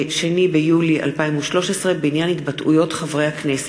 2 ביולי 2013, בעניין התבטאויות חברי הכנסת.